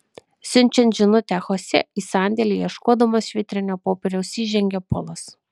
siunčiant žinutę chosė į sandėlį ieškodamas švitrinio popieriaus įžengia polas